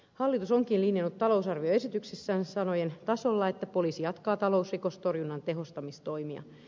hallitus onkin linjannut talousarvioesityksessään sanojen tasolla että poliisi jatkaa talousrikostorjunnan tehostamistoimia